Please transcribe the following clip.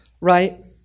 right